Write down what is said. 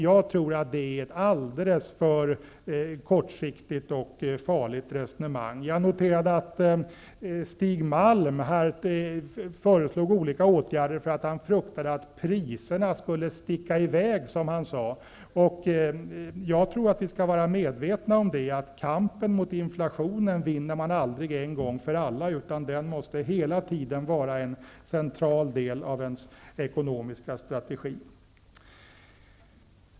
Jag tror att det är ett alldeles för kortsiktigt och farligt resonemang. Jag noterade också att Stig Malm föreslog olika åtgärder därför att han fruktade att priserna skulle ''sticka iväg''. Jag tror att vi skall vara medvetna om att kampen mot inflationen vinner man aldrig en gång för alla, utan den måste hela tiden vara en central del av ens ekonomiska strategi.